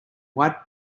white